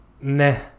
meh